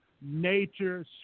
nature